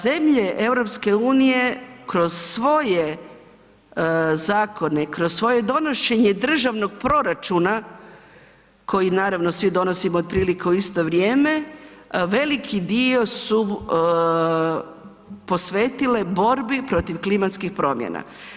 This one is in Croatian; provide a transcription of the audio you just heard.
Zemlje EU kroz svoje zakone, kroz svoje donošenje državnog proračuna koji, naravno svi donosimo otprilike u isto vrijeme, veliki dio su posvetile borbi protiv klimatskih promjena.